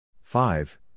Five